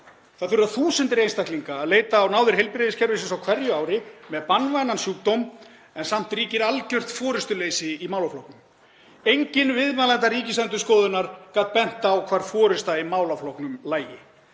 Það þurfa þúsundir einstaklinga að leita á náðir heilbrigðiskerfisins á hverju ári með banvænan sjúkdóm en samt ríkir algert forystuleysi í málaflokknum. Enginn viðmælenda Ríkisendurskoðunar gat bent á hvar forysta í málaflokknum lægi.